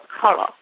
Color